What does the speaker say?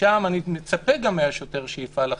שם אני מצפה מהשוטר שיפעל אחרת.